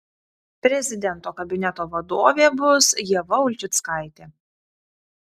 prezidento kabineto vadovė bus ieva ulčickaitė